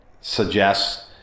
suggests